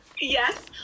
Yes